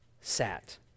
sat